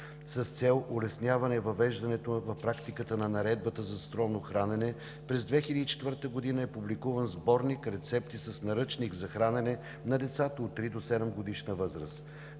С цел улесняване на въвеждането в практиката на Наредбата за здравословно хранене през 2004 г. е публикуван Сборник рецепти с наръчник за хранене на децата от три до седемгодишна възраст.